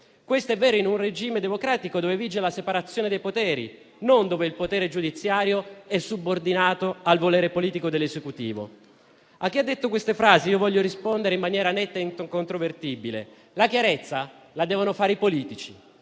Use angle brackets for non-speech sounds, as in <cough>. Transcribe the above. Questo è vero in un regime democratico, dove vige la separazione dei poteri, non dove il potere giudiziario è subordinato al volere politico dell'Esecutivo. <applause> A chi ha pronunciato queste frasi voglio rispondere in maniera netta e incontrovertibile: la chiarezza devono farla i politici,